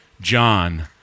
John